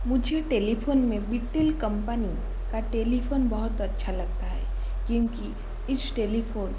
मुझे टेलीफोन में बीटेल कंपनी का टेलीफोन बहुत अच्छा लगता है क्योंकि इस टेलीफोन